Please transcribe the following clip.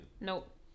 Nope